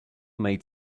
made